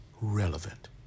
relevant